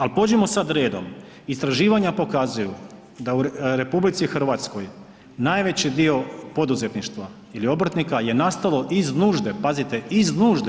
Ali pođimo sad redom, istraživanja pokazuju da u RH najveći dio poduzetništva ili obrtnika je nastalo iz nužde, pazite iz nužde.